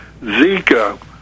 Zika